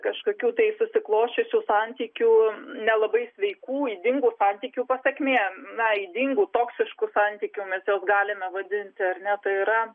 kažkokių tai susiklosčiusių santykių nelabai sveikų ydingų santykių pasekmė na ydingų toksiškų santykių mes juos galime vadinti ar ne tai yra